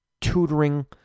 tutoring